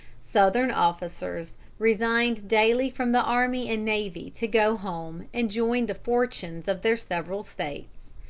southern officers resigned daily from the army and navy to go home and join the fortunes of their several states.